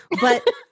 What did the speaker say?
But-